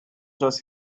was